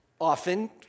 often